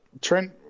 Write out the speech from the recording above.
Trent